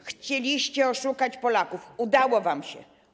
Chcieliście oszukać Polaków - udało wam się.